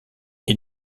est